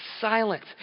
silence